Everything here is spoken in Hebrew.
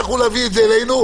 ומשרד החינוך אומר: לא,